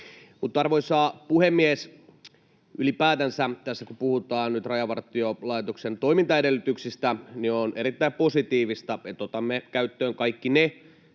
Arvoisa puhemies! Ylipäätänsä, tässä kun puhutaan nyt Rajavartiolaitoksen toimintaedellytyksistä, on erittäin positiivista, että otamme käyttöön kaikki ne